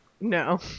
No